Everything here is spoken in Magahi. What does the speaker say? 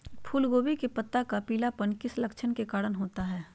फूलगोभी का पत्ता का पीलापन किस लक्षण के कारण होता है?